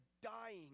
dying